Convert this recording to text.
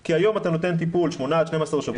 כי היום אתה נותן טיפול של שמונה עד 12 שבועות,